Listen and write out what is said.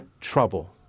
trouble